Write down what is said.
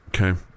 okay